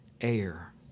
air